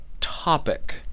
topic